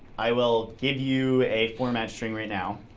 i will give you a format string right now.